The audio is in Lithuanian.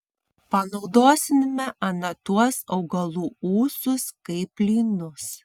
panaudosime ana tuos augalų ūsus kaip lynus